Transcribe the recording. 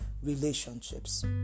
Relationships